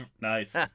Nice